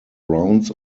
rounds